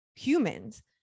Humans